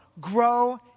grow